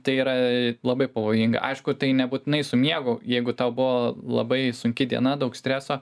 tai yra labai pavojinga aišku tai nebūtinai su miegu jeigu tau buvo labai sunki diena daug streso